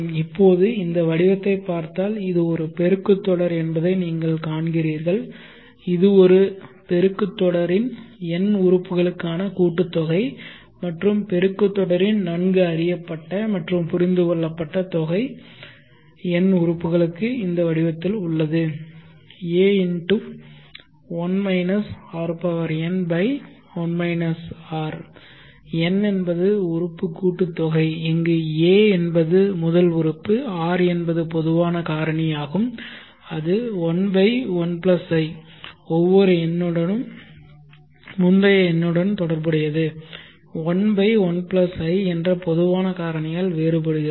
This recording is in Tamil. இப்போது இந்த வடிவத்தைப் பார்த்தால் இது ஒரு பெருக்கு தொடர் என்பதை நீங்கள் காண்கிறீர்கள் இது ஒரு பெருக்கு தொடரின் n உறுப்புகளுக்கான கூட்டுத்தொகை மற்றும் பெருக்கு தொடரின் நன்கு அறியப்பட்ட மற்றும் புரிந்துகொள்ளப்பட்ட தொகை n உறுப்புகளுக்கு இந்த வடிவத்தில் உள்ளது a n என்பது உறுப்பு கூட்டுத்தொகை இங்கு a என்பது முதல் உறுப்பு மற்றும் r என்பது பொதுவான காரணியாகும் அது 11i ஒவ்வொரு எண்ணுடன் முந்தைய எண்ணுடன் தொடர்புடையது 1 1 i என்ற பொதுவான காரணியால் வேறுபடுகிறது